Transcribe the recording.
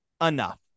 enough